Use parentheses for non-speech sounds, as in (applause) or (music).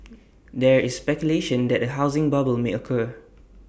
(noise) there is speculation that A housing bubble may occur